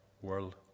world